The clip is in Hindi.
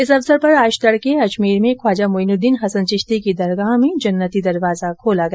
इस अवसर पर आज तड़के अजमेर में ख्वाजा मोइनुददीन हसन चिश्ती की दरगाह में जन्नती दरवाजा खोला गया